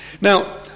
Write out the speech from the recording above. Now